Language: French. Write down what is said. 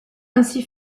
ainsi